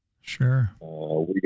sure